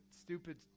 stupid